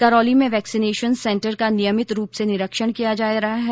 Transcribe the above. करौली में vaccination centre का नियमित रूप से निरीक्षण किया जा रहा है